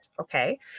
okay